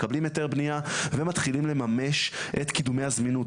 מקבלים היתר בנייה ומתחילים לממש את קידומי הזמינות,